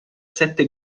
sette